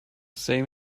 same